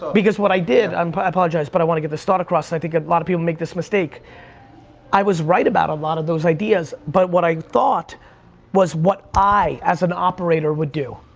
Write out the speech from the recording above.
because what i did, um but i apologize but i wanna get this thought across i think a lot of people makes this mistake i was right about a lot of those ideas, but what i thought was what i, as an operator would do,